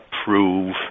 approve